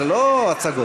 זה לא הצגות.